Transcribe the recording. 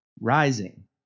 rising